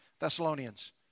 Thessalonians